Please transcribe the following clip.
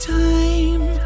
time